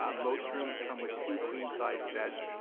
um most rooms come with two queen sized beds.